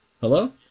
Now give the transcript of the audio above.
Hello